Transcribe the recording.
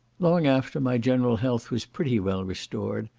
long after my general health was pretty well restored,